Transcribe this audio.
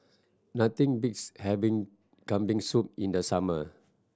nothing beats having Kambing Soup in the summer